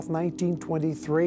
1923